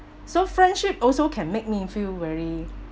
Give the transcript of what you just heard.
so friendship also can make me feel very